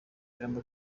ingamba